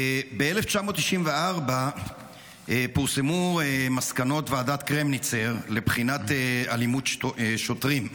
ב-1994 פורסמו מסקנות ועדת קרמניצר לבחינת אלימות שוטרים.